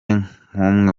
nk’umwe